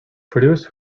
produced